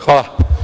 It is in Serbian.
Hvala.